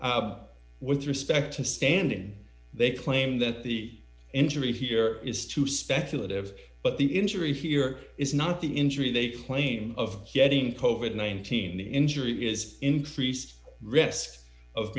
two with respect to standing they claim that the injury here is too speculative but the injury here is not the injury they claim of getting covert nineteen the injury is increased risk of